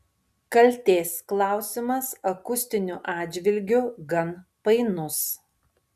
kaltės klausimas akustiniu atžvilgiu gan painus